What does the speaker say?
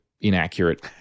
inaccurate